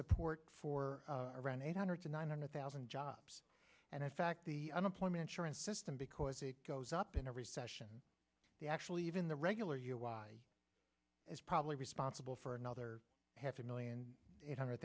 support for around eight hundred to nine hundred thousand jobs and in fact the unemployment insurance system because it goes up in a recession the actually even the regular year why is probably responsible for another half a million eight hundred